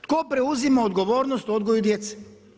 Tko preuzima odgovornost o odgoju djece?